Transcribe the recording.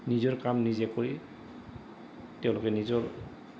নিজৰ কাম নিজে কৰি তেওঁলোকে নিজৰ